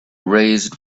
raised